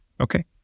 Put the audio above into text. okay